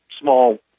small